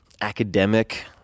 academic